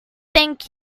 thank